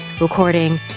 recording